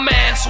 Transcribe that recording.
Man